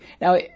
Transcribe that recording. Now